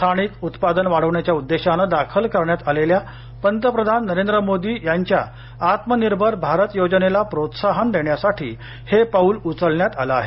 स्थानिक उत्पादन वाढवण्याच्या उद्देशाने दाखल करण्यात आलेल्या पंतप्रधान नरेंद्र मोदी यांच्या आत्मनिर्भर भारत योजनेला प्रोत्साहन देण्यासाठी हे पाऊल उचलण्यात आलं आहे